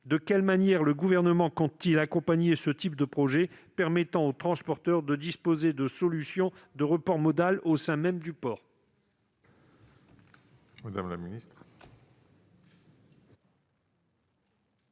De quelle manière le Gouvernement compte-t-il accompagner ce type de projet permettant aux transporteurs de disposer de solutions de report modal au sein même du port ?